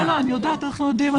אנחנו יודעים.